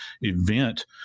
event